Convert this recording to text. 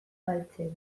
galtzen